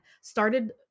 started